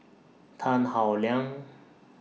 Tan Howe Liang